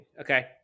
Okay